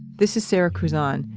this is sara kruzan.